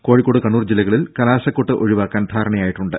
കോഴിക്കോട് കണ്ണൂർ ജില്ലകളിൽ കലാശക്കൊട്ട് ഒഴിവാക്കാൻ ധാരണയായിട്ടുണ്ട്